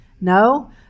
no